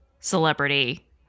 Celebrity